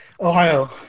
ohio